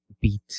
beat